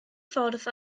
ffordd